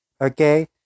Okay